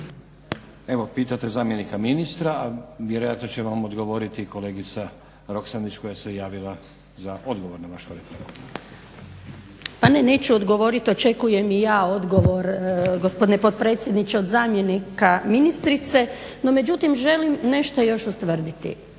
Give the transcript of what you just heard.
Evo pitate zamjenika ministra, a vjerojatno će vam odgovoriti kolegica Roksandić koja se javila za odgovor na vašu repliku. **Roksandić, Ivanka (HDZ)** Pa ne, neću odgovoriti, očekujem i ja odgovor gospodine potpredsjedniče od zamjenika ministrice no međutim želim nešto još ustvrditi.